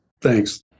thanks